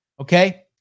Okay